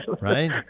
Right